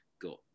got